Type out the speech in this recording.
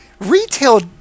Retail